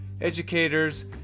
educators